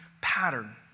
pattern